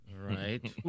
Right